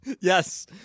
Yes